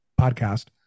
Podcast